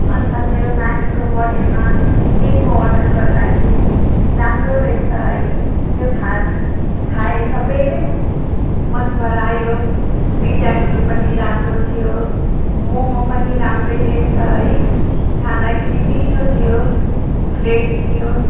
अन्त मेरो नानीको बर्थडेमा केकको अर्डर गर्दाखेरि राम्रो रहेछ है त्यो खाना खाए सबैले मनपरायो डिजाइनहरू पनि राम्रो थियो मोमो पनि राम्रै रहेछ है खाँदाखेरि मिठो थियो फ्रेस थियो